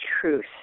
truth